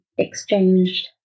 exchanged